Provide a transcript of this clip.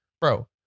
bro